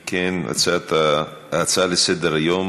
אם כן, ההצעה לסדר-היום